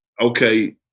okay